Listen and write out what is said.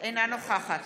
אינה נוכחת